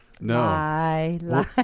No